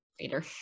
later